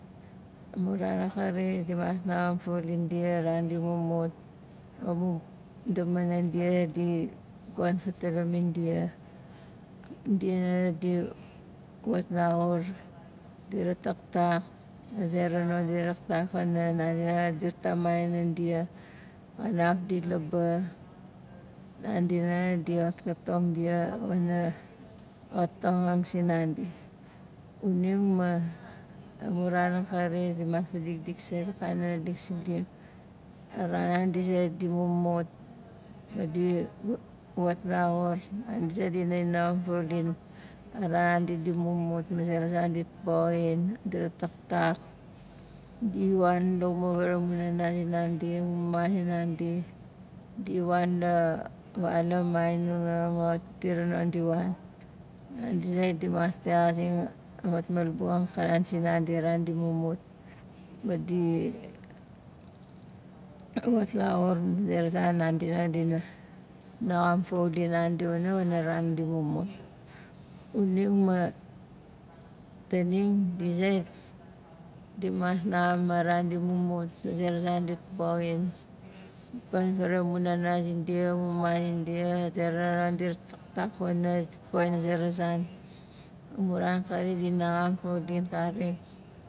A mu ran akari dimas naxam fauling dia ran di mumut amu damanan dia di gon fatalamin dia dia di wat laxur di rataktak a zera non di raktak pana nandi nanga di tamai wanan dia xanaf di labaa nandi nanga di xatkatong dia wana xatkatongang sinandi xuning ma amu ran akari dimas fadikdik sait akanalik sindia a ran di zi zait di mumut ma di wa- wat laxur nandi zait dina inaxam fauling a ran di- di mumut ma zera zan dit poxin, di rataktak, di wan la uma vaaraxain amu nana zinandi amu mama zinandi di wan la val a mainongang a tira non di wan nandi zait dimas texazing a matmalabukang kanan sinandi a ran di mumut ma di wat laxur a zera zan nandi zait dina na- naxam fauling nandi wana wana ran di mumut xuning ma taning di zait dimas naxam a ran di mumut ma a zera zan dit poxin pana zera fa nana zindia amu mama zindia a zera non dit taktak wana dit poxin a zera zan amu ran kari di naxam fauling karik